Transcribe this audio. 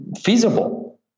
feasible